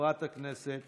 חברת הכנסת